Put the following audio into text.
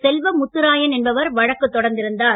செல்வமுத்துராயன் என்பவர் வழக்கு தொடர்ந்திருந்தார்